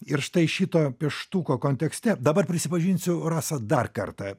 ir štai šito pieštuko kontekste dabar prisipažinsiu rasa dar kartą